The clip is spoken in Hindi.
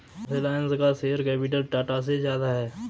रिलायंस का शेयर कैपिटल टाटा से ज्यादा है